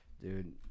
dude